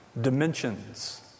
Dimensions